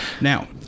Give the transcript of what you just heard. Now